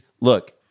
look